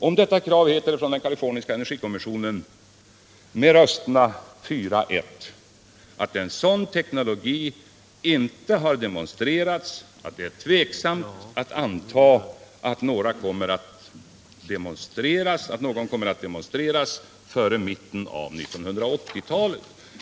Om detta krav uttalar den kaliforniska energikommissionen med fyra röster mot en, att en sådan teknologi inte har demonstrerats, att det är tveksamt att anta att någon kommer att demonstreras före mitten av 1980-talet.